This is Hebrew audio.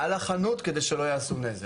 כדי שלא יעשו נזק.